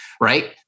right